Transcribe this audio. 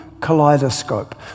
kaleidoscope